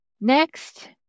Next